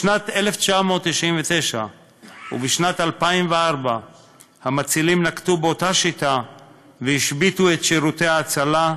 בשנת 1999 ובשנת 2004 המצילים נקטו אותה שיטה והשביתו את שירותי ההצלה,